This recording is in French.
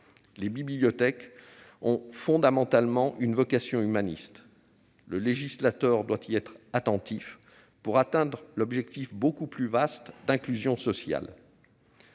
Les bibliothèques ont fondamentalement une vocation humaniste. Le législateur doit y être attentif pour atteindre l'objectif beaucoup plus vaste d'inclusion sociale.